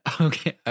Okay